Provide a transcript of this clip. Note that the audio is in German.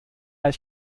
ich